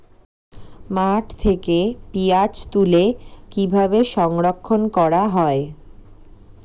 মাঠ থেকে পেঁয়াজ তুলে কিভাবে সংরক্ষণ করা হয়?